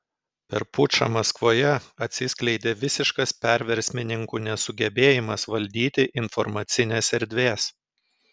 per pučą maskvoje atsiskleidė visiškas perversmininkų nesugebėjimas valdyti informacinės erdvės